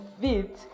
fit